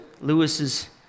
Lewis's